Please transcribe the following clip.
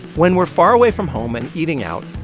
when we're far away from home and eating out,